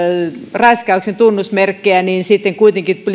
raiskauksen tunnusmerkkejä pitäisikö sitten kuitenkin